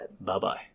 Bye-bye